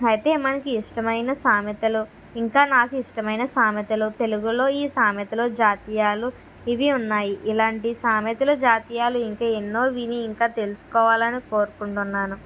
అయితే మనకి ఇష్టమైన సామెతలు ఇంకా నాకు ఇష్టమైన సామెతలు తెలుగులో ఈ సామెతలు జాతీయాలు ఇవి ఉన్నాయి ఇలాంటి సామెతలు జాతీయాలు ఇంకా ఎన్నో విని ఇంకా తెలుసుకోవాలని కోరుకుంటున్నాను